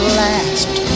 last